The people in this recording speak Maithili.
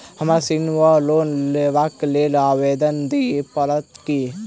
हमरा ऋण वा लोन लेबाक लेल आवेदन दिय पड़त की?